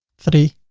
three,